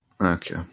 Okay